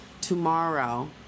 Tomorrow